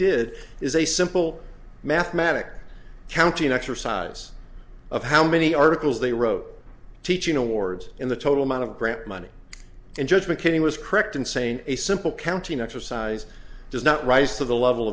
did is a simple mathematic counting exercise of how many articles they wrote teaching awards in the total amount of grant money and judge mccain was correct in saying a simple counting exercise does not rise to the level